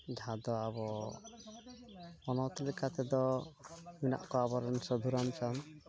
ᱡᱟᱦᱟᱸ ᱫᱚ ᱟᱵᱚ ᱦᱚᱱᱚᱛ ᱞᱮᱠᱟᱛᱮᱫᱚ ᱢᱮᱱᱟᱜ ᱠᱚᱣᱟ ᱟᱵᱚᱨᱮᱱ ᱥᱟᱫᱷᱩᱨᱟᱢᱪᱟᱸᱫᱽ